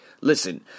listen